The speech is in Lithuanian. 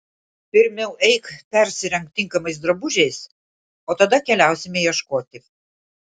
pirmiau eik persirenk tinkamais drabužiais o tada keliausime ieškoti